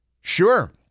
Sure